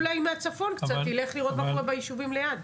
אולי מהצפון קצת נלך לראות מה קורה ביישובים ליד.